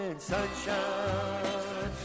sunshine